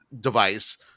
device